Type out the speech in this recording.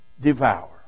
devour